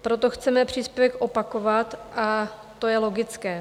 Proto chceme příspěvek opakovat, a to je logické.